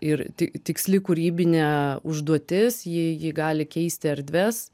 ir ti tiksli kūrybinė užduotis ji ji gali keisti erdves